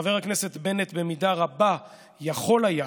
חבר הכנסת בנט במידה רבה יכול היה